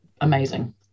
amazing